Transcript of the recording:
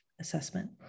assessment